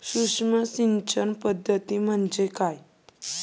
सूक्ष्म सिंचन पद्धती म्हणजे काय?